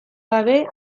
gabe